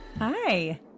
hi